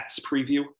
preview